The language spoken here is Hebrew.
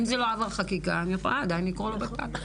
אם זה לא עבר חקיקה אני יכולה עדיין לקרוא לו בט"ל.